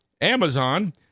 Amazon